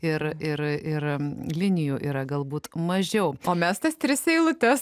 ir ir ir linijų yra galbūt mažiau o mes tas tris eilutes